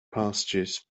pastures